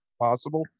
possible